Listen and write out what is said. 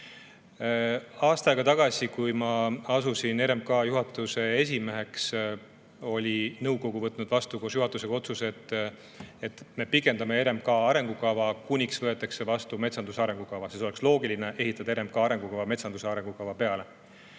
Aasta aega tagasi, kui ma asusin RMK juhatuse esimeheks, oli nõukogu võtnud koos juhatusega vastu otsuse, et me pikendame RMK arengukava, kuniks võetakse vastu metsanduse arengukava. Oleks olnud loogiline ehitada RMK arengukava metsanduse arengukava peale.